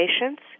patients